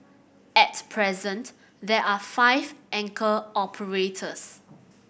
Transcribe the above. at present there are five anchor operators